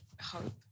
hope